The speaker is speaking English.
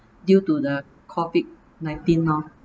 due to the COVID nineteen lor